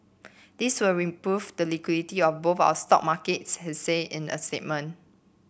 this will improve the liquidity of both our stock markets he say in a statement